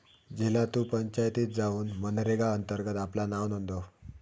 झिला तु पंचायतीत जाउन मनरेगा अंतर्गत आपला नाव नोंदव